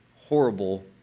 horrible